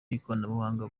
y’ikoranabuhanga